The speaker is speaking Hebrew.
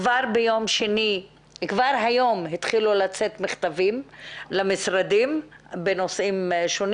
כבר היום התחילו לצאת מכתבים למשרדים בנושאים השונים.